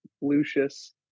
Lucius